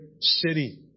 city